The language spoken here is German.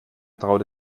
traute